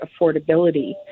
affordability